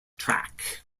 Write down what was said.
track